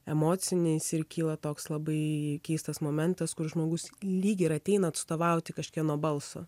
emociniais ir kyla toks labai keistas momentas kur žmogus lyg ir ateina atstovauti kažkieno balso